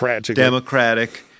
Democratic